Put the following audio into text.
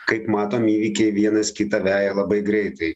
kaip matom įvykiai vienas kitą veja labai greitai